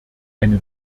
eine